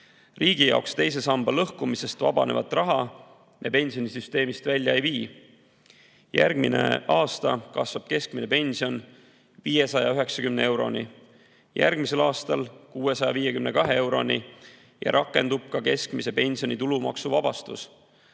riigi jaoks teise samba lõhkumisest vabanevat raha me pensionisüsteemist välja ei vii. Järgmine aasta kasvab keskmine pension 590 euroni, ülejärgmisel aastal 652 euroni ja rakendub ka keskmise pensioni tulumaksust vabastus,